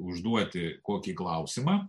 užduoti kokį klausimą